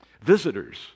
Visitors